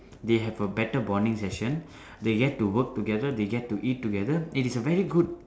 they have a better bonding session they get to work together they get to eat together it is a very good